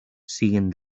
siguen